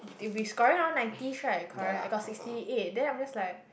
they will be scoring around nineties right correct I got sixty eight then I'm just like